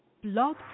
Blog